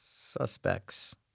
suspects